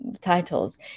titles